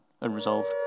Unresolved